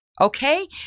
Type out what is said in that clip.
Okay